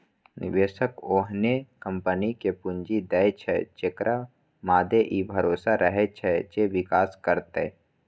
निवेशक ओहने कंपनी कें पूंजी दै छै, जेकरा मादे ई भरोसा रहै छै जे विकास करतै